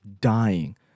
dying